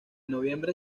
noviembre